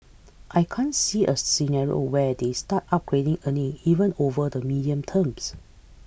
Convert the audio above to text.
I can't see a scenario where they start upgrading earning even over the medium terms